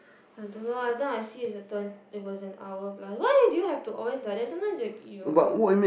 I don't know lah that time I see it's a twenty it was an hour plus why do you have to always like that sometimes you you I